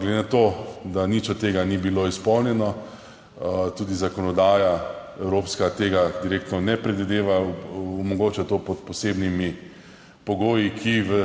Glede na to, da nič od tega ni bilo izpolnjenega, tudi evropska zakonodaja tega direktno ne predvideva, omogoča to pod posebnimi pogoji, ki v